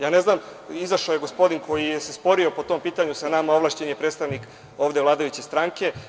Ja ne znam, izašao je gospodin koji se sporio po tom pitanju sa nama, ovlašćen je predstavnik ovde vladajuće stranke.